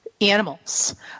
animals